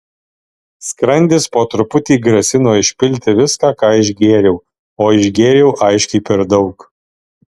skrandis po truputį grasino išpilti viską ką išgėriau o išgėriau aiškiai per daug